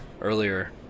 earlier